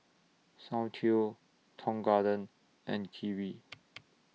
Soundteoh Tong Garden and Kiwi